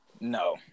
No